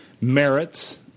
merits